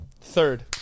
Third